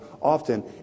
often